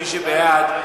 מי שבעד,